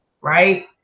right